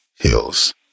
hills